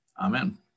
Amen